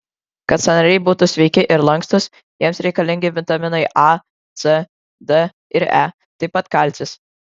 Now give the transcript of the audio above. kad sąnariai būtų sveiki ir lankstūs jiems reikalingi vitaminai a c d ir e taip pat kalcis